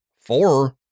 four